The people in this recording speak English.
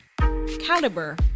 Caliber